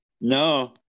No